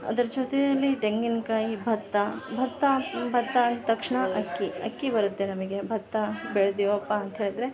ಅದರ ಜೊತೆಯಲ್ಲಿ ತೆಂಗಿನ್ ಕಾಯಿ ಭತ್ತ ಭತ್ತ ಭತ್ತ ಅಂತಕ್ಷಣ ಅಕ್ಕಿ ಅಕ್ಕಿ ಬರುತ್ತೆ ನಮಿಗೆ ಭತ್ತ ಬೆಳ್ದಿವಪ್ಪ ಅಂತ ಹೇಳಿದ್ರೆ